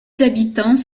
habitants